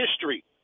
history